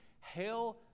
Hail